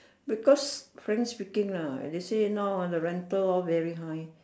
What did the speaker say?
because frankly speaking lah they say now ah the rental all very high